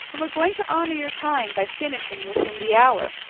and we're going to honor your time by finishing within the hour.